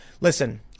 Listen